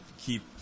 keep